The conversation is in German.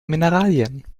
mineralien